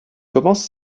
commence